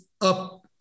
up